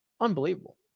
unbelievable